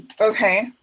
Okay